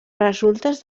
resultes